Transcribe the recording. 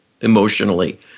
emotionally